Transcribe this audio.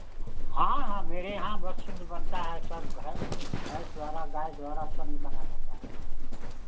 हाँ हाँ मेरे यहाँ बशुद्ध बनता है सब घै भैंस द्वारा गाय द्वारा सब निकाला जाता है